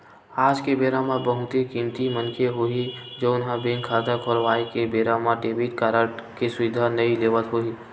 आज के बेरा म बहुते कमती मनखे होही जउन ह बेंक खाता खोलवाए के बेरा म डेबिट कारड के सुबिधा नइ लेवत होही